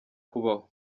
kubaho